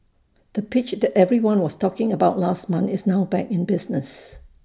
the pitch that everyone was talking about last month is now back in business